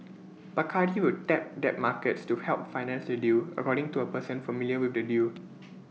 Bacardi will tap debt markets to help finance the deal according to A person familiar with the deal